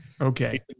Okay